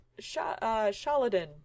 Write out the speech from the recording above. Shaladin